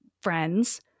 friends